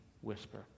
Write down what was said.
whisper